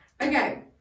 Okay